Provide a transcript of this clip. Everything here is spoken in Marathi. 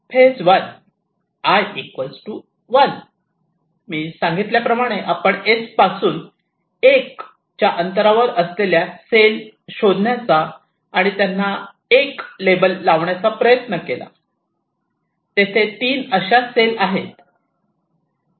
i 1 मी सांगितल्याप्रमाणे आपण S एस पासून 1 च्या अंतरावर असलेल्या सेल शोधण्याचा आणि त्यांना 1 लेबल लावण्याचा प्रयत्न केला तेथे 3 अशा सेल आहेत